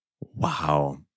Wow